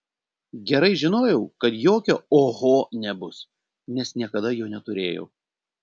gerai žinojau kad jokio oho nebus nes niekada jo neturėjau